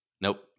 Nope